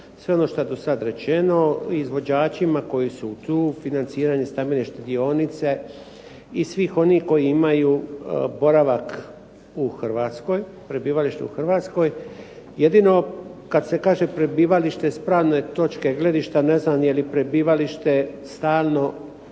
Sve ono što je do sad rečeno, izvođačima koji su tu, financiranje stambene štedionice i svi oni koji imaju boravak u Hrvatskoj, prebivalište u Hrvatskoj jedino kad se kaže prebivalište s pravne točke gledišta ne znam je li prebivalište stalno,